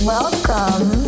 Welcome